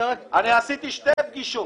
אני עשיתי שתי פגישות.